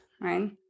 Right